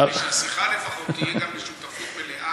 כדי שהשיחה לפחות תהיה גם בשותפות מלאה?